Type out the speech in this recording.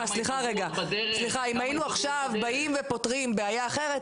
אם היינו עכשיו באים ופותרים בעיה אחרת,